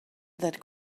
that